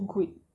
step baik